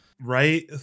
Right